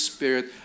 Spirit